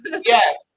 Yes